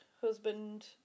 husband